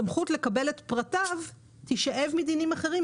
סמכות לקבל את פרטיו תישאב מדינים אחרים,